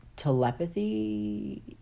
Telepathy